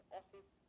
office